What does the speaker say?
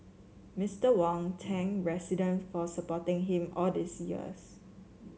Mister Wong thank resident for supporting him all these years